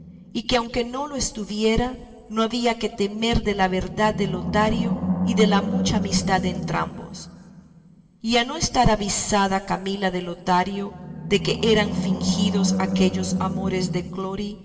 y que aunque no lo estuviera no había que temer de la verdad de lotario y de la mucha amistad de entrambos y a no estar avisada camila de lotario de que eran fingidos aquellos amores de clori